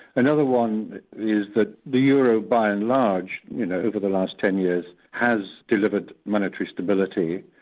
another one is that the euro by and large, you know, over the last ten years, has delivered monetary stability,